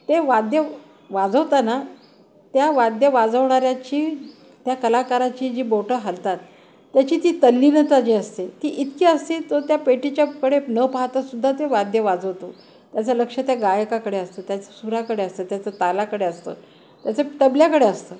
ते वाद्य वाजवताना त्या वाद्य वाजवणाऱ्याची त्या कलाकाराची जी बोटं हालतात त्याची ती तल्लीनता जी असते ती इतकी असते तो त्या पेटीच्याकडे न पाहतासुद्धा ते वाद्य वाजवतो त्याचं लक्ष त्या गायकाकडे असतं त्याचं सुराकडे असतं त्याचं तालाकडे असतं त्याचं तबल्याकडे असतं